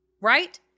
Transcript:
right